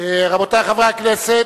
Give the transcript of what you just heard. רבותי חברי הכנסת,